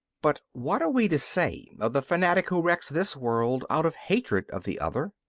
but what are we to say of the fanatic who wrecks this world out of hatred of the other?